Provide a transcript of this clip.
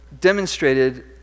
demonstrated